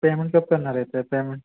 payment कब करना रहता है पेमेंट